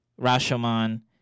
Rashomon